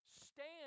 stand